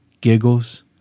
Giggles